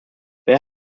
wer